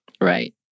Right